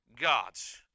gods